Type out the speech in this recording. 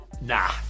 Nah